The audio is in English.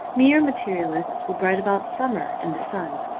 mere materialists would write about summer and the sun.